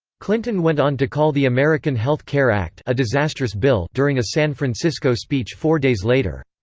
clinton went on to call the american health care act a disastrous bill during a san francisco speech four days later.